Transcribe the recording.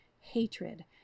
Hatred